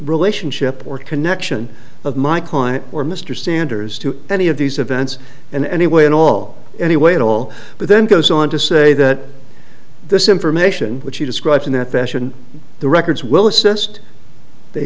relationship or connection of my client or mr sanders to any of these events in any way at all any way at all but then goes on to say that this information which he describes in that fashion the records will assessed they